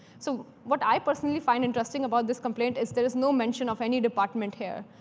so what i personally find interesting about this complaint is there is no mention of any department here,